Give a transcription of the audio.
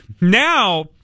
Now